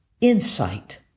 insight